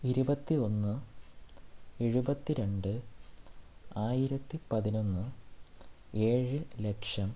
ഇരുപത്തി ഒന്ന് എഴുപത്തി രണ്ട് ആയിരത്തി പതിനൊന്ന് ഏഴ് ലക്ഷം